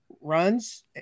runs